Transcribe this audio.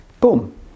boom